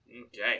Okay